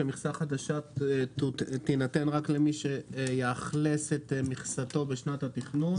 שמכסה חדשה תינתן רק למי שיאכלס את מכסתו בשנת התכנון.